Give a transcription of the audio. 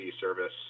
service